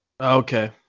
Okay